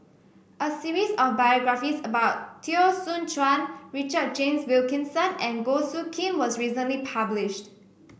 a series of biographies about Teo Soon Chuan Richard James Wilkinson and Goh Soo Khim was recently published